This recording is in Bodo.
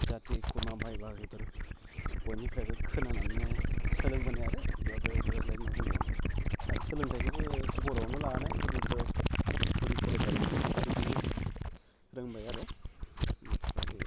जाथि खुरमा बाइ बाहागिफोर बयनिफ्रायबो खोनानानैनो सोलोंबोनाय आरो बेयाव बेव बेयावलाय मा बुंबावनो आर सोलोंथाइखौबो बर'आवनो लानाय गुदि फोस गुदि फरायसालि आवहाय बेजोंनो रोंबाय आरो ओमफ्राय